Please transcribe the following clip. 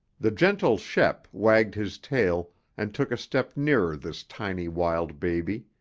the gentle shep wagged his tail and took a step nearer this tiny wild baby.